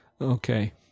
okay